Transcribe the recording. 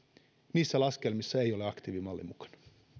niissä laskelmissa ei ole aktiivimalli mukana